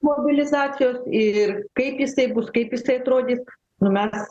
mobilizacijos ir kaip jisai bus kaip jisai atrodys nu mes